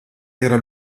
era